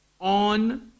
on